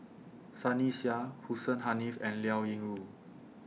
Sunny Sia Hussein Haniff and Liao Yingru